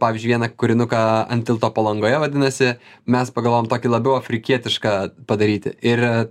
pavyzdžiui vieną kūrinuką ant tilto palangoje vadinasi mes pagalvojom tokį labiau afrikietišką padaryti ir